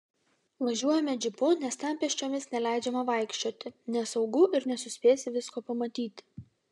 važiuojame džipu nes ten pėsčiomis neleidžiama vaikščioti nesaugu ir nesuspėsi visko pamatyti